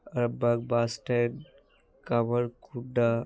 Arambagh bus stand Kamarkunda